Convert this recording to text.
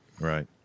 right